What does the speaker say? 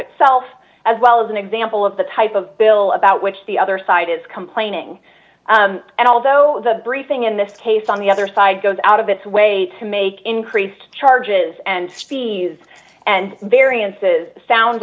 itself as well as an example of the type of bill about which the other side is complaining and although the briefing in this case on the other side goes out of its way to make increased charges and speeds and variances sound